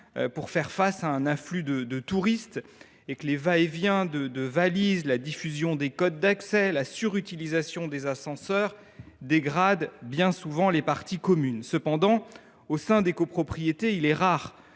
pour faire face à un afflux de touristes : le va et vient des valises, la diffusion des codes d’accès et la surutilisation des ascenseurs dégradent bien souvent les parties communes. De plus, il est rare